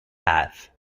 half